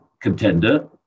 contender